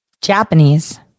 Japanese